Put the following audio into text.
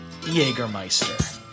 Jägermeister